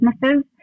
businesses